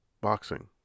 Boxing